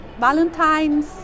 Valentine's